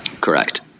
Correct